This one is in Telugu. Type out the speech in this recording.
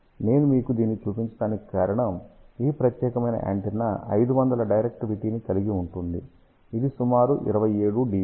నేను మీకు దీన్ని చూపించడానికి కారణం ఈ ప్రత్యేకమైన యాంటెన్నా 500 డైరెక్టివిటీని కలిగి ఉంది ఇది సుమారు 27 dBi